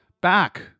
back